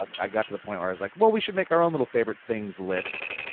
um i got to the point where i was like, well we should make our own little favorite things lists,